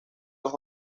dos